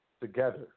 together